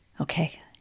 Okay